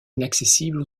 inaccessibles